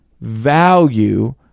value